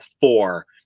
four